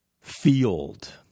field